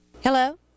Hello